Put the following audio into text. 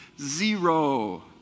Zero